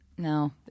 No